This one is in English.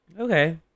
Okay